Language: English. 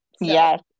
Yes